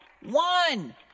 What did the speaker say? one